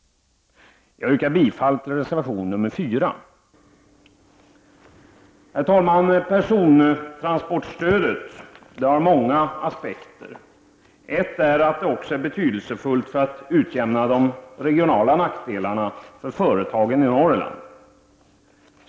Jag yrkar bifall till reservation nr 4. Herr talman! Persontransportstödet har många aspekter. En är att det också är betydelsefullt för att utjämna de regionala nackdelarna för företagen i Norrland.